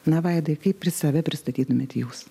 na vaidai kaip pri save pristatytumėt jūs